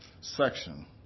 section